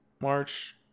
March